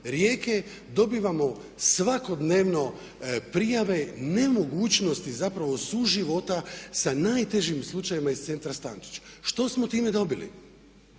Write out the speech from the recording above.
Rijeke dobivamo svakodnevno prijave nemogućnosti zapravo suživota sa najtežim slučajevima iz centra Stančić. Što smo time dobili?